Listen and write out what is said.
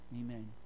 Amen